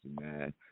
man